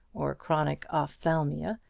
or chronic ophthalmia,